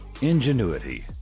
ingenuity